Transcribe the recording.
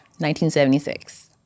1976